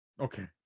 Okay